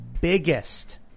biggest